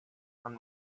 from